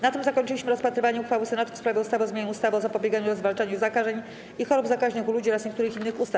Na tym zakończyliśmy rozpatrywanie uchwały Senatu w sprawie ustawy o zmianie ustawy o zapobieganiu oraz zwalczaniu zakażeń i chorób zakaźnych u ludzi oraz niektórych innych ustaw.